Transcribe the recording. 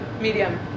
Medium